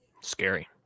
Scary